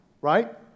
Right